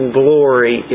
glory